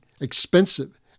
expensive